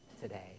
today